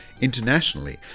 internationally